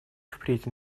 впредь